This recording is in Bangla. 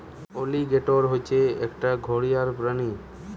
অলিগেটর হচ্ছে একটা ঘড়িয়াল প্রাণী